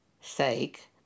sake